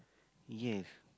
yes